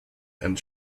and